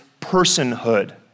personhood